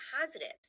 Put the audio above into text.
positives